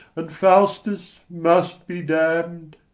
and faustus must be damn'd.